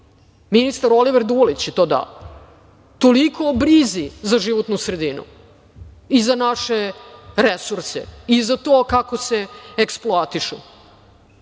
Ministar Oliver Dilić je to dao. Toliko o brizi za životnu sredinu i za naše resurse i za to kako se eksploatišu,